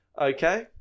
Okay